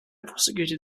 prosecuted